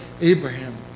Abraham